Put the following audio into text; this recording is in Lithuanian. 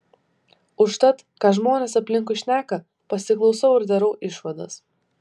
užtat ką žmonės aplinkui šneka pasiklausau ir darau išvadas